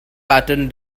pattern